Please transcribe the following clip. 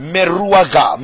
Meruaga